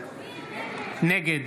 נגד